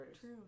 true